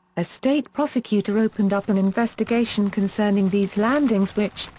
a state prosecutor opened up an investigation concerning these landings which,